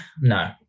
no